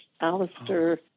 Alistair